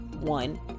one